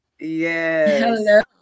Yes